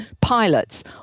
pilots